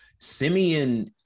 Simeon